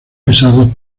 pesados